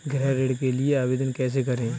गृह ऋण के लिए आवेदन कैसे करें?